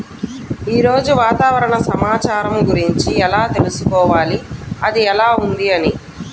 ఈరోజు వాతావరణ సమాచారం గురించి ఎలా తెలుసుకోవాలి అది ఎలా ఉంది అని?